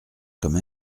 comme